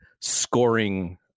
scoring